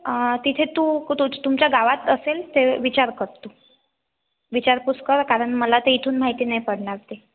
तिथे तू तुमच्या गावात असेल ते विचार कर तू विचारपूस कर कारण मला ते इथून माहिती नाही पडणार ते